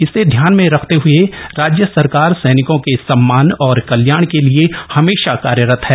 इसे ध्यान में रखते हुए राज्य सरकार सैनिकों के सम्मान और कल्याण के लिए हमेशा कार्यरत है